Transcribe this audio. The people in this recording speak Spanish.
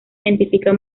identifica